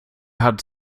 hat